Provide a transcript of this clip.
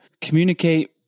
communicate